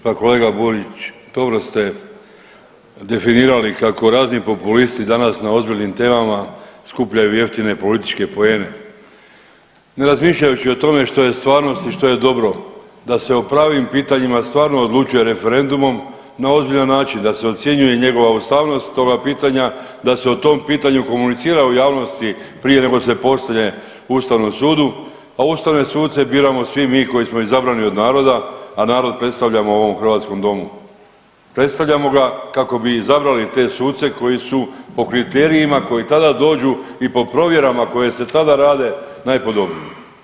Pa kolega Borić dobro ste definirali kako razni populisti danas na ozbiljnim temama skupljaju jeftine političke poene ne razmišljajući o tome što je stvarnost i što je dobro da se o pravim pitanjima stvarno odlučuje referendumom na ozbiljan način, da se ocjenjuje njegova ustavnost toga pitanja, da se o tom pitanju komunicira u javnosti prije nego se pošalje ustavnom sudu, a ustavne suce biramo svi mi koji smo izabrani od naroda, a narod predstavljamo u ovom hrvatskom domu, predstavljamo ga kako bi izabrali te suce koji su po kriterijima koji tada dođu i po provjerama koje se tada rade najpodobniji.